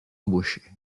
embauché